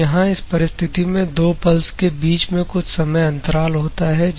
तो यहां इस परिस्थिति में दो पल्स के बीच में कुछ समय अंतराल होता है